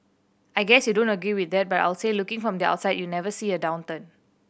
I guess you don't agree with that but I'll say looking from the outside you never see a downturn